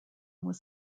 was